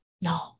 No